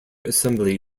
assembly